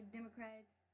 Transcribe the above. Democrats